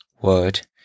word